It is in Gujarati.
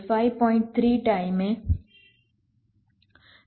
3 ટાઈમે તૈયાર હોવું જોઈએ